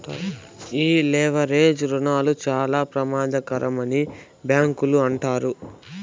ఈ లెవరేజ్ రుణాలు చాలా ప్రమాదకరమని బ్యాంకులు అంటారు